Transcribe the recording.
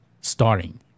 starting